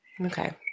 Okay